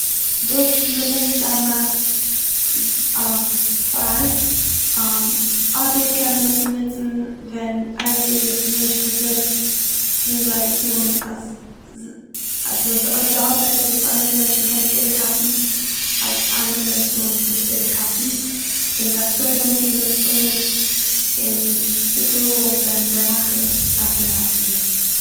וואס מ'נוצט א מאסק וו- אויף- פאר. אדער קען מען עס נוצן ווען איינער איז נישט געזונט טוען זיי עס אן אז ז- אז מ'ז- אויב זיי האבן עפעס וואס אנדערע מענטשן קענען איבערכאפן אז אנדערע מענטשן זאלן עס נישט איבערכאפן, און דאקטורים טוען עס אן אין שפיטאל ווען זיי מאכן אפאראציעס.